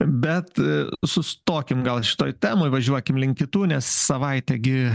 bet sustokim gal šitoj temoj važiuokim link kitų nes savaitė gi